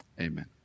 Amen